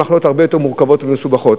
מחלות הרבה יותר מורכבות ומסובכות.